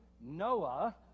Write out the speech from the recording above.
Noah